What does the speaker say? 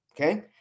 Okay